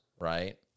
right